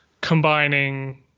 combining